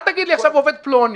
אל תגיד לי עכשיו עובד פלוני.